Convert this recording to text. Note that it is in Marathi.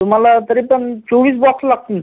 तुम्हाला तरी पण चोवीस बॉक्स लागतील